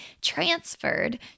transferred